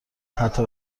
حتی